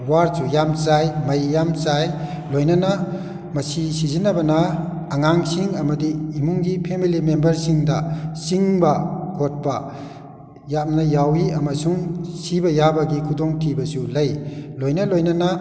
ꯋꯥꯠꯁꯨ ꯌꯥꯝ ꯆꯥꯏ ꯃꯩ ꯌꯥꯝ ꯆꯥꯏ ꯂꯣꯏꯅꯅ ꯃꯁꯤ ꯁꯤꯖꯤꯟꯅꯕꯅ ꯑꯉꯥꯡꯁꯤꯡ ꯑꯃꯗꯤ ꯏꯃꯨꯡꯒꯤ ꯐꯦꯃꯦꯂꯤ ꯃꯦꯝꯕꯔꯁꯤꯡꯗ ꯆꯤꯡꯕ ꯈꯣꯠꯄ ꯌꯥꯝꯅ ꯌꯥꯎꯏ ꯑꯃꯁꯨꯡ ꯁꯤꯕ ꯌꯥꯕꯒꯤ ꯈꯨꯗꯣꯡ ꯊꯤꯕꯁꯨ ꯂꯩ ꯂꯣꯏꯅ ꯂꯣꯏꯅꯅ